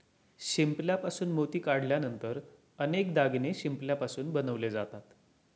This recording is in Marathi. शिंपल्यापासून मोती काढल्यानंतर अनेक दागिने शिंपल्यापासून बनवले जातात